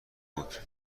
بود